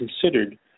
considered